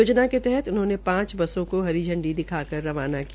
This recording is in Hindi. योजना के तहत उन्होंने पांच बसों हरी झंडी दिखा कर रवाना किया